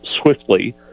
Swiftly